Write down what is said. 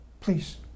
please